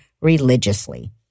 religiously